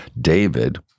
David